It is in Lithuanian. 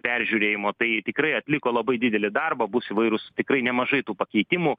peržiūrėjimo tai tikrai atliko labai didelį darbą bus įvairūs tikrai nemažai tų pakeitimų